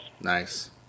Nice